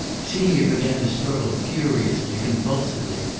celia began to struggle furiously, convulsively.